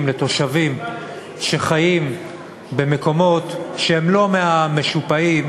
ותושבים שחיים במקומות שהם לא מהמשופעים,